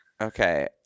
okay